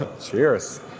Cheers